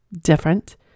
different